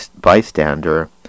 bystander